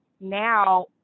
now